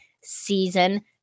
Season